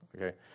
okay